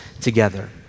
together